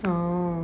oh